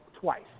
twice